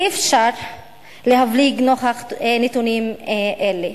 אי-אפשר להבליג נוכח נתונים אלה.